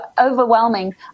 overwhelming